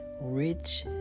rich